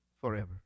forever